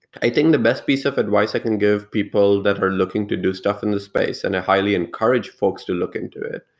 i think the best piece of advice i can give people that are looking to do stuff in this space and i highly encourage folks to look into it,